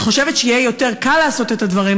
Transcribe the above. אני חושבת שיהיה יותר קל לעשות את הדברים